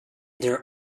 their